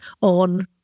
on